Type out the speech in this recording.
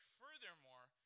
furthermore